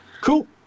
cool